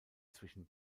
zwischen